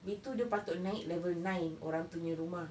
B two dia patut naik level nine orang tu punya rumah